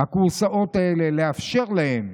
הכורסאות האלה, לאפשר להם,